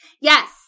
Yes